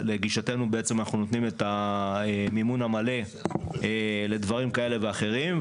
לגישתנו בעצם אנחנו נותנים את המימון המלא לדברים כאלה ואחרים,